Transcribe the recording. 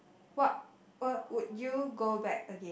what what would you go back again